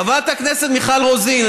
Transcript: חברת הכנסת מיכל רוזין,